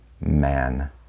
man